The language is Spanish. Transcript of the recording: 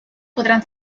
podrán